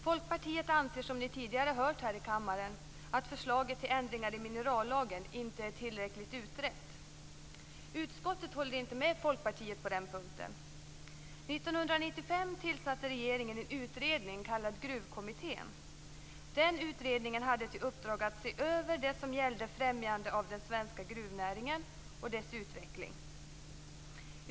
Folkpartiet anser, som ni tidigare har hört här i kammaren, att förslaget till ändringar i minerallagen inte är tillräckligt utrett. Utskottet håller inte med Folkpartiet på den punkten. 1995 tillsatte regeringen en utredning, kallad Gruvkommittén. Den utredningen hade till uppdrag att se över det som gällde främjande av den svenska gruvnäringen och dess utveckling.